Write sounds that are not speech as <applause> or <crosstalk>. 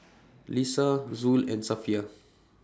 Lisa Zul and Safiya <noise>